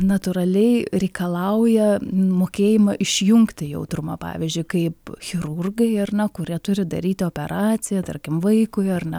natūraliai reikalauja mokėjimą išjungti jautrumą pavyzdžiui kaip chirurgai ar na kurie turi daryti operaciją tarkim vaikui ar na